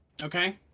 Okay